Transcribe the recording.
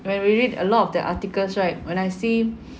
when we read a lot of the articles right when I see